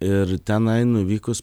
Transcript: ir tenai nuvykus